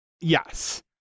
Yes